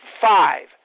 five